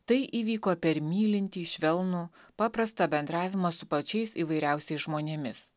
tai įvyko per mylintį švelnų paprastą bendravimą su pačiais įvairiausiais žmonėmis